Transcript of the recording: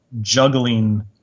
juggling